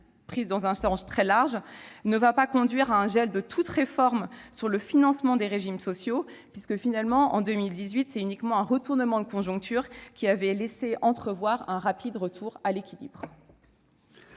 dans un sens très large, ne va pas conduire au gel de toute réforme quant au financement des régimes sociaux. En 2018, c'est uniquement un retournement de conjoncture qui a laissé entrevoir un rapide retour à l'équilibre.